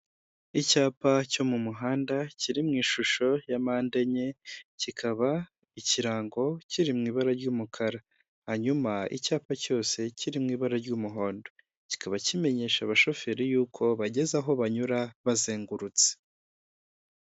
Icyapa cyo mu muhanda kiri mu ishusho ya mpande enye, kikaba ikirango kiri mu ibara ry'umukara, hanyuma icyapa cyose kiri mu ibara ry'umuhondo, kikaba kimenyesha abashoferi yuko bageza aho banyura bazengurutse.